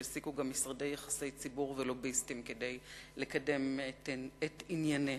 שהעסיקו גם משרדי יחסי ציבור ולוביסטים כדי לקדם את ענייניהן,